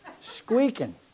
squeaking